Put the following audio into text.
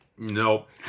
Nope